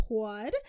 pod